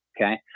Okay